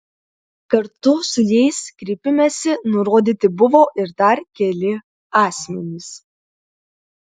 kartu su jais kreipimesi nurodyti buvo ir dar keli asmenys